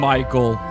Michael